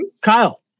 Kyle